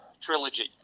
trilogy